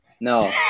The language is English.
no